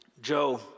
Joe